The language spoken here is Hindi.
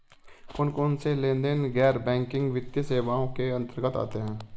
कौनसे लेनदेन गैर बैंकिंग वित्तीय सेवाओं के अंतर्गत आते हैं?